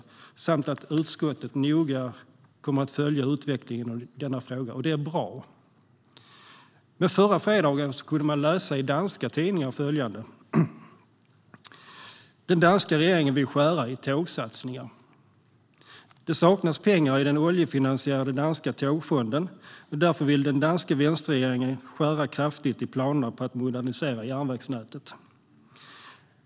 Utskottet avser även att noga följa utvecklingen i denna fråga." Detta är bra. "Danska regeringen vill skära i tågsatsning. Det saknas pengar i den oljefinansierade danska Togfonden. Därför vill den danska Venstre-regeringen skära kraftigt i planerna på att modernisera järnvägsnätet.